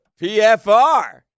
PFR